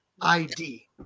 ID